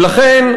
ולכן,